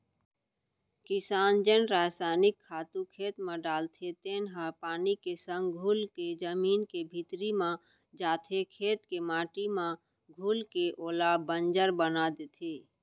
किसान जेन रसइनिक खातू खेत म डालथे तेन ह पानी के संग घुलके जमीन के भीतरी म जाथे, खेत के माटी म घुलके ओला बंजर बना देथे